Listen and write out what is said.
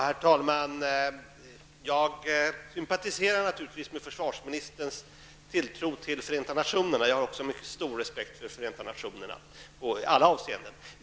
Herr talman! Jag sympatiserar naturligtvis med försvarsministerns tilltro till Förenta nationerna. Även jag har i alla avseenden mycket stor respekt för Förenta nationerna.